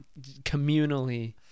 communally